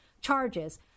charges